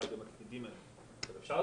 אז יכולה